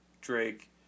drake